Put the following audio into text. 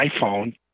iPhone